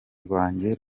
rwanjye